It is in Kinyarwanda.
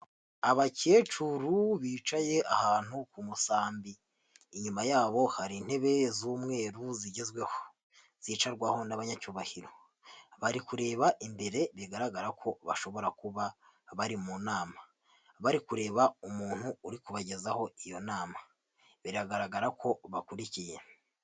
Abakecuru bicaye ahantu ku musambi, inyuma yabo hari intebe z'umweru zigezweho, zicarwaho n'abanyacyubahiro, bari kureba imbere bigaragara ko bashobora kuba bari mu nama, bari kureba umuntu uri kubagezaho iyo nama, biragaragara ko bakurikiye.